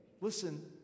listen